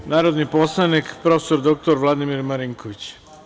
Reč ima narodni poslanik prof. dr Vladimir Marinković.